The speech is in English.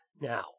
Now